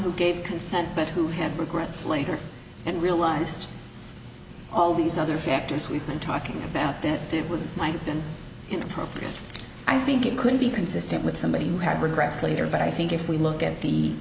who gave consent but who have regrets later and realized all these other factors we've been talking about that did with might have been inappropriate i think it could be consistent with somebody who had regrets later but i think if we look at the